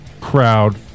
crowd